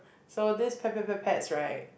so this Petpetpet pets right